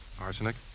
Arsenic